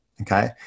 Okay